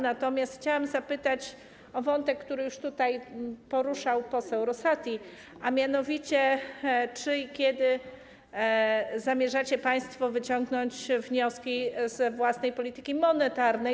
Natomiast chciałam zapytać o wątek, który już tutaj poruszał poseł Rosati, a mianowicie: Czy i kiedy zamierzacie państwo wyciągnąć wnioski z własnej polityki monetarnej?